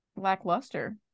lackluster